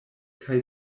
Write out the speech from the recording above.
kaj